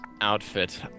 outfit